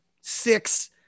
six